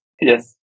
Yes